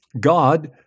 God